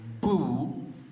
boo